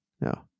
no